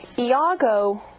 iago